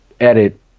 edit